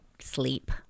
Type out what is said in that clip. sleep